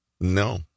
No